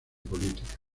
política